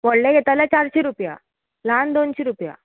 व्हडले घेता आल्या चारशी रुपया ल्हान दोनशी रुपया